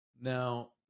now